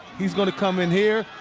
he's going to come in here.